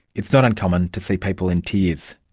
it's not uncommon to see people in tears.